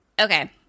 Okay